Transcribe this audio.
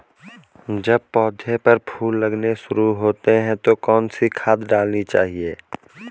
जब पौधें पर फूल लगने शुरू होते हैं तो कौन सी खाद डालनी चाहिए?